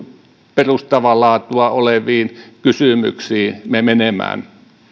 perustavaa laatua oleviin kysymyksiin menemään